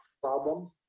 problems